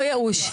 לא ייאוש,